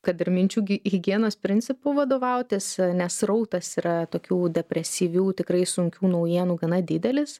kad ir minčių gi higienos principu vadovautis nes srautas yra tokių depresyvių tikrai sunkių naujienų gana didelis